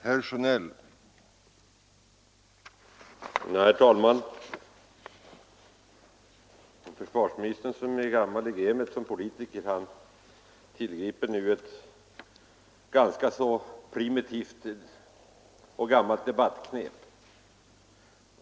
Herr talman! Försvarsministern, som är gammal i gamet som politiker, tillgriper nu ett ganska primitivt gammalt debattknep.